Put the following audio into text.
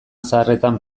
zaharretan